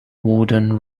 wooden